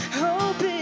hope